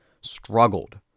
struggled